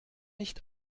nicht